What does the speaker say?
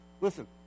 listen